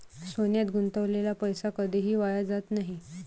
सोन्यात गुंतवलेला पैसा कधीही वाया जात नाही